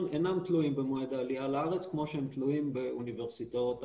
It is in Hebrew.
אינם תלויים במועד העלייה לארץ כמו שהם תלויים באוניברסיטאות האחרות.